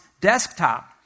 desktop